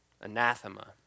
Anathema